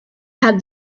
had